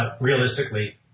realistically